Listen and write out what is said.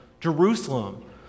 Jerusalem